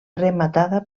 rematada